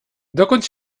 dokąd